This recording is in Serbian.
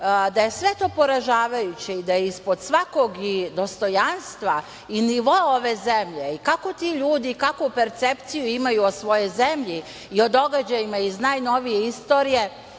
da je sve to poražavajuće i ispod svakog i dostojanstva i nivoa ove zemlje i kako ti ljudi, kakvu percepciju imaju o svojoj zemlji i o događajima iz najnovije istorije,